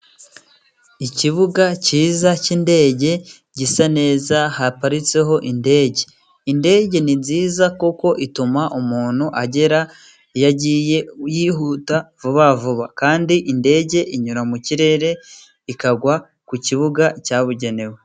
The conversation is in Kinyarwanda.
Ikibuga cyiza cy'indege, gisa neza ,haparitseho indege. Indege ni nziza kuko ituma umuntu agera iyo agiye yihuta vuba vuba. Kandi indege inyura mu kirere, ikagwa ku kibuga cyabugenewe.